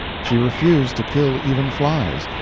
she refused to kill even flies,